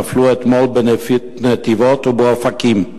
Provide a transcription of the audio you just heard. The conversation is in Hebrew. נפלו אתמול בנתיבות ובאופקים.